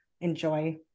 enjoy